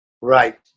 Right